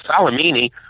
salamini